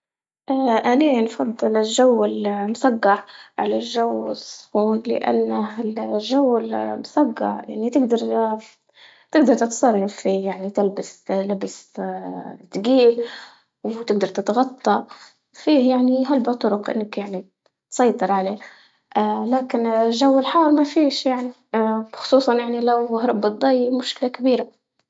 أني نفضل الجو المسقع على الجو السخون لأنه الجو المسقع تقدر تقدر تتصرف فيه، يعني تلبس لبس تقيل، وتقدر تتغطى فيه يعني هلبة طرق إنك يعني تسيطر عليه، لكن الجو الحار مفيش يعني خصوصا يعني لو هرب الضي مشكلة كبيرة.